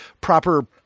proper